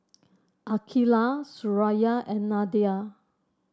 Aqeelah Suraya and Nadia